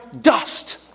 dust